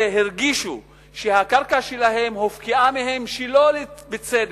שהרגישו שהקרקע שלהם הופקעה מהם שלא בצדק,